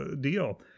deal